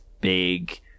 big